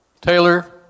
Taylor